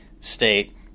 state